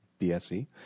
BSE